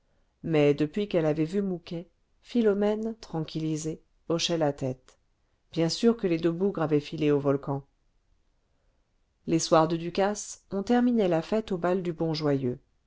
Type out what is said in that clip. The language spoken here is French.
mais depuis qu'elle avait vu mouquet philomène tranquillisée hochait la tête bien sûr que les deux bougres avaient filé au volcan les soirs de ducasse on terminait la fête au bal du